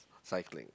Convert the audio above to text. cycling